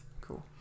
Cool